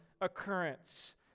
occurrence